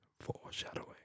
Foreshadowing